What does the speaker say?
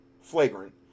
flagrant